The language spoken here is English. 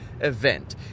event